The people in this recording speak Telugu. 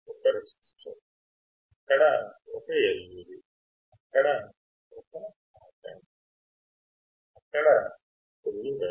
ఒక రెసిస్టర్ LED ఒక ఆప్ యాంప్ ఉంది కనెక్ట్ చేసే తీగలు ఉన్నాయి